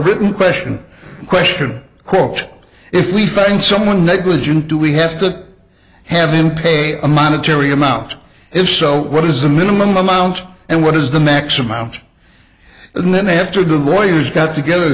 written question a question quote if we find someone negligent do we have to have them pay a monetary amount if so what is the minimum amount and what is the maximum and then they have to do lawyers got together